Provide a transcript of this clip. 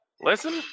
Listen